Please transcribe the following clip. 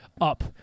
up